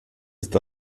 ist